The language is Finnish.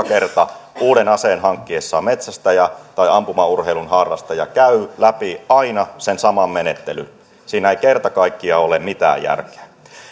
kerta uuden aseen hankkiessaan metsästäjä tai ampumaurheilun harrastaja käy läpi aina sen saman menettelyn siinä ei kerta kaikkiaan ole mitään järkeä